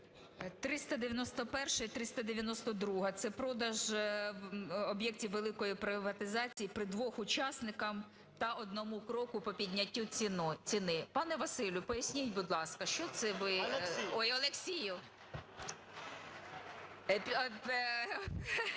391-а і 392-а. Це продаж об'єктів великої приватизації при двох учасниках та одному кроку по підняттю ціни. Пане Василю, поясніть, будь ласка, що це ви… Ой, Олексію.